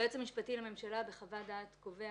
כשהיועץ המשפטי לממשלה בחוות דעת קובע